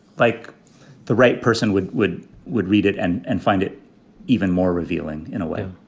like the right person would would would read it and and find it even more revealing in a way.